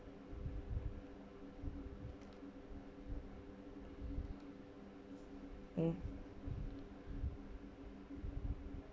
mm